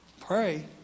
pray